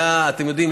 אתם יודעים,